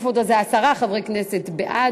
מי בעד?